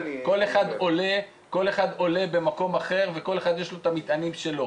כל אחד עולה במקום אחר ולכל אחד יש את המטענים שלו,